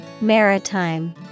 Maritime